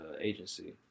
agency